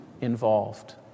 involved